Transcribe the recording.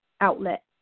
outlet